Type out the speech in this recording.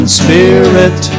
spirit